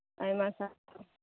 ᱟᱭᱢᱟ ᱥᱟᱨᱦᱟᱣ